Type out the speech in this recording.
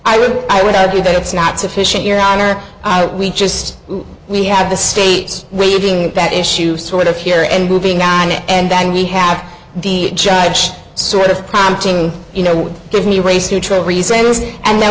i would i would argue that it's not sufficient your honor out we just we have the states waving that issue sort of here and moving around it and then you have the judge sort of prompting you know give me race neutral reasons and then